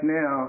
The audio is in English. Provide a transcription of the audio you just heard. now